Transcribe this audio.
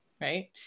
Right